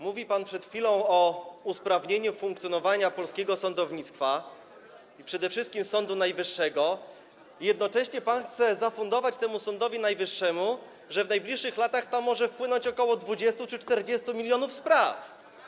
Mówił pan przed chwilą o usprawnieniu funkcjonowania polskiego sądownictwa, przede wszystkim Sądu Najwyższego, a jednocześnie pan chce zafundować temu Sądowi Najwyższemu to, że w najbliższych latach może tam wpłynąć ok. 20 czy 40 mln spraw.